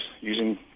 using